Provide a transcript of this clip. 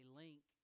link